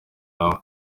nawe